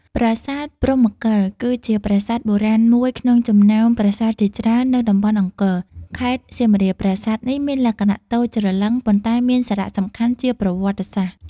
ប្រាសាទព្រហ្មកិល គឺជាប្រាសាទបុរាណមួយក្នុងចំណោមប្រាសាទជាច្រើននៅតំបន់អង្គរ ខេត្តសៀមរាប ប្រាសាទនេះមានលក្ខណៈតូចច្រឡឹង ប៉ុន្តែមានសារៈសំខាន់ជាប្រវត្តិសាស្ត្រ។